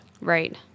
Right